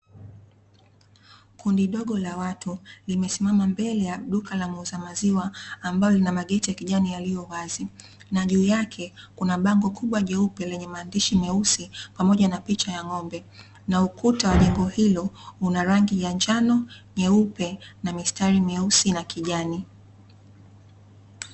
Kundi dogo la watu limesimama mbele ya duka la muuza maziwa ambalo lina mageti ya kijani yaliyowazi, na juu yake kuna bango kubwa jeupe lenye maandishi meusi pamoja na picha ya ng'ombe. Na ukuta wa jengo hilo una rangi ya njano, nyeupe na mistari myeusi na kijani.